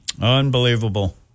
Unbelievable